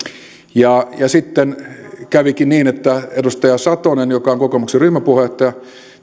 sitten kävikin niin että edustaja satonen joka on kokoomuksen ryhmäpuheenjohtaja